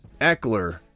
Eckler